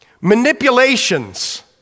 manipulations